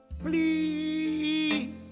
Please